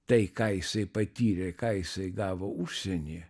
tai ką jisai patyrė ką jisai gavo užsieny